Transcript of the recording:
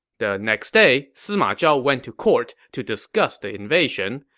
the next day, sima zhao went to court to discuss the invasion.